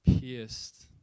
pierced